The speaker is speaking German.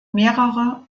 mehrere